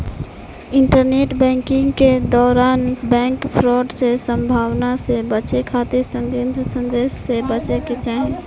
internet banking के दौरान bank fraud के संभावना से बचे खातिर संदिग्ध संदेश से बचे के चाही